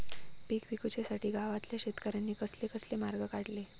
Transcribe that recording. पीक विकुच्यासाठी गावातल्या शेतकऱ्यांनी कसले कसले मार्ग काढले?